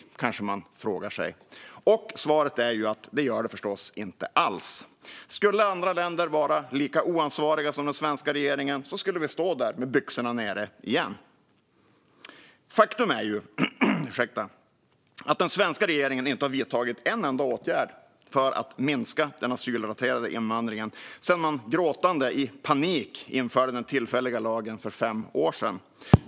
Det kanske man frågar sig. Svaret är: Det gör det förstås inte alls. Skulle andra länder vara lika oansvariga som den svenska regeringen så skulle vi stå där med byxorna nere igen. Faktum är att den svenska regeringen inte har vidtagit en enda åtgärd för att minska den asylrelaterade invandringen sedan man gråtande i panik införde den tillfälliga lagen för fem år sedan.